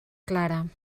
clara